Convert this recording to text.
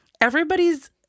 everybody's